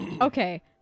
Okay